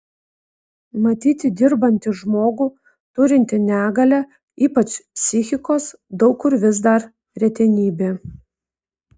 matyti dirbantį žmogų turintį negalią ypač psichikos daug kur vis dar retenybė